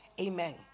Amen